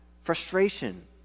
Frustration